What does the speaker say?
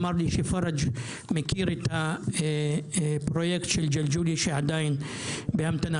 והוא אמר לי שפרג' מכיר את הפרויקט של ג'לג'וליה שעדיין בהמתנה.